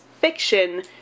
fiction